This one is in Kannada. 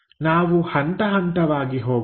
ನಾವು ಹಂತಹಂತವಾಗಿ ಹೋಗೋಣ